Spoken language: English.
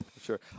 sure